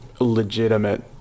legitimate